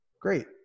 Great